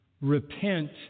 repent